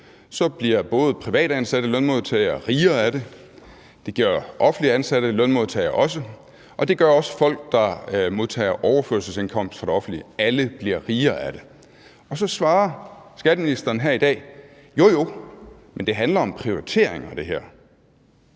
bliver både privatansatte lønmodtagere og offentligt ansatte lønmodtagere rigere af det, og det gør folk, der modtager overførselsindkomster fra det offentlige, også. Alle bliver rigere af det. Så svarer skatteministeren her i dag: Jo, jo, men det her handler om prioriteringer. Så det